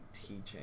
teaching